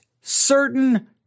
certain